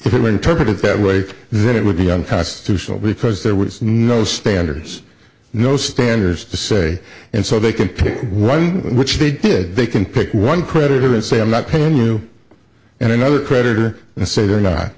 to interpret it that way that it would be unconstitutional because there was no standards no standards to say and so they could pick one which they did they can pick one creditor and say i'm not paying you and another creditor and say they're not